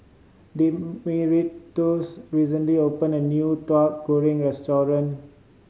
Dimitrios recently opened a new Tauhu Goreng restaurant